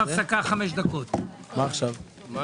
הישיבה ננעלה בשעה 13:30.